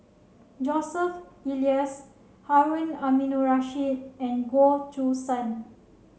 Joseph Elias Harun Aminurrashid and Goh Choo San